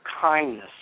kindness